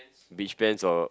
beach pants or